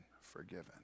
forgiven